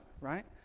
right